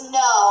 no